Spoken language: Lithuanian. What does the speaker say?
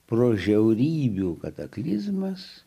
pro žiaurybių kataklizmas